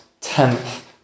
tenth